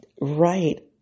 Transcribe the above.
right